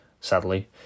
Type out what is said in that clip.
sadly